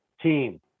team